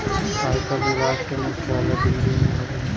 आयकर विभाग के मुख्यालय दिल्ली में हउवे